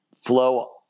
flow